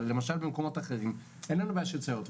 אבל במקומות אחרים אין בעיה של סייעות.